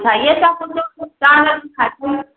ꯉꯁꯥꯏꯒꯤ ꯑꯆꯥꯄꯣꯠꯇꯣ ꯑꯈꯣꯏꯅ ꯆꯥꯔꯒ ꯊꯥꯈ꯭ꯔꯣ